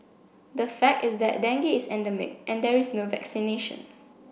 the fact is that dengue is endemic and there is no vaccination